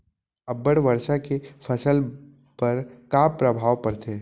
अब्बड़ वर्षा के फसल पर का प्रभाव परथे?